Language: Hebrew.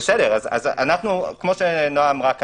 כפי שנועה אמרה,